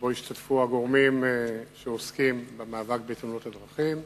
שבו השתתפו הגורמים שעוסקים במאבק בתאונות הדרכים.